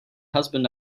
husband